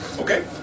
Okay